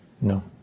No